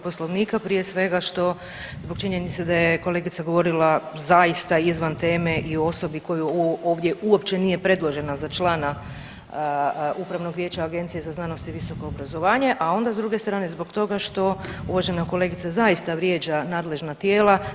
Poslovnika prije svega što, zbog činjenice da je kolegica govorila zaista izvan teme i o osobi koja ovdje uopće nije predložena za člana Upravnog vijeća Agencije za znanost i visoko obrazovanje, a onda s druge strane zbog toga što uvažena kolegica zaista vrijeđa nadležna tijela.